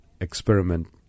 experiment